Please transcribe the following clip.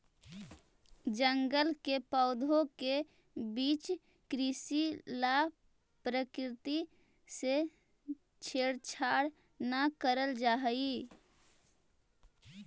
जंगल के पौधों के बीच कृषि ला प्रकृति से छेड़छाड़ न करल जा हई